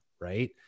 Right